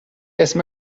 اسم